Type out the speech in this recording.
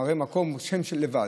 מראה מקום או שם לבד,